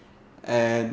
and